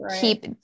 keep